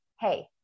hey